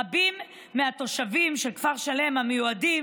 רבים מהתושבים של כפר שלם המיועדים